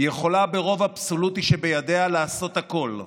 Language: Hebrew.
היא יכולה, ברוב אבסולוטי שבידיה, לעשות הכול: